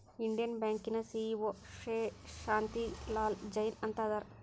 Indian ಬ್ಯಾಂಕಿನ CEO Shri Shanti Lal Jain ಅಂತ ಅದಾರ